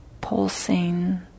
pulsing